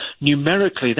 numerically